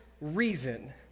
reason